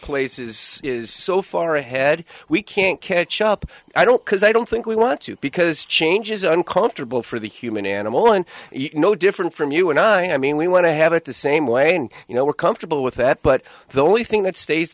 marketplace is so far ahead we can't catch up i don't because i don't think we want to because change is uncomfortable for the human animal and no different from you and i i mean we want to have it the same way and you know we're comfortable with that but the only thing that stays